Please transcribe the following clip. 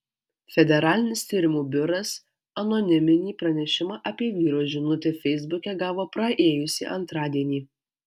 federalinis tyrimų biuras anoniminį pranešimą apie vyro žinutę feisbuke gavo praėjusį antradienį